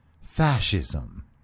fascism